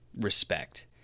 respect